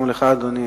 גם לך, אדוני,